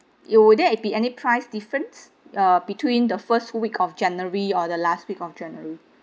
you would there be any price difference uh between the first week of january or the last week of january